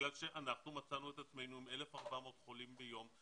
בגלל שאנחנו מצאנו את עצמנו עם 1,400 חולים ביום,